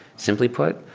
simply put,